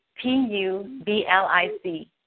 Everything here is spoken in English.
P-U-B-L-I-C